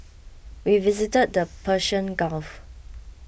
we visited the Persian Gulf